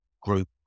group